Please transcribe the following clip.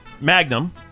Magnum